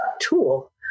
tool